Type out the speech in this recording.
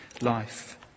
life